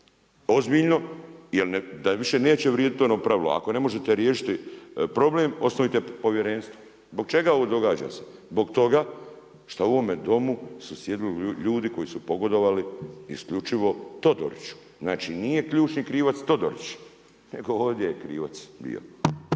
ozbiljno jer da više neće vrijediti ono pravilo ako ne možete riješiti problem osnujte povjerenstvo. Zbog čega ovo događa se? Zbog toga šta u ovome Domu su sjedili ljudi koji su pogodovali isključivo Todoriću. Znači nije ključni krivac Todorić, nego ovdje je krivac bio,